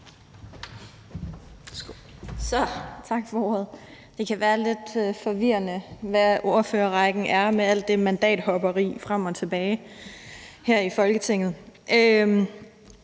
Tak for ordet. Det kan være lidt forvirrende, hvordan ordførerrækkefølgen er med al det mandathopperi frem og tilbage her i Folketinget.